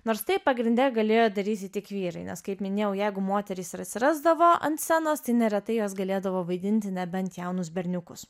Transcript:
nors tai pagrinde galėjo daryti tik vyrai nes kaip minėjau jeigu moterys ir atsirasdavo ant scenos tai neretai jos galėdavo vaidinti nebent jaunus berniukus